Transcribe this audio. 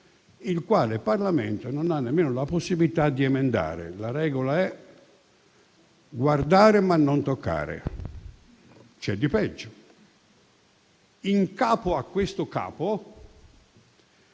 il quale non ha nemmeno la possibilità di emendare. La regola è guardare ma non toccare. C'è di peggio: a questo capo,